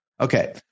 Okay